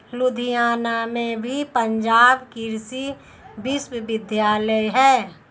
लुधियाना में भी पंजाब कृषि विश्वविद्यालय है